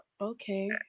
Okay